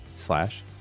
Slash